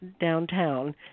downtown